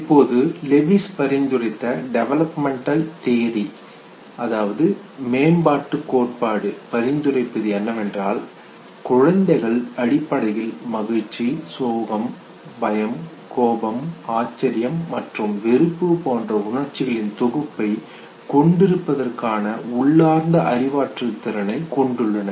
இப்பொழுது லெவிஸ் பரிந்துரைத்த developmental theory மேம்பாட்டு கோட்பாடு பரிந்துரைப்பது குழந்தைகள் அடிப்படையில் மகிழ்ச்சி சோகம் பயம் கோபம் ஆச்சரியம் மற்றும் வெறுப்பு போன்ற உணர்ச்சிகளின் தொகுப்பை கொண்டிருப்பதற்கான உள்ளார்ந்த அறிவாற்றல் திறனைக் கொண்டுள்ளன